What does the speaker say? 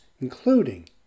including